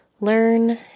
learn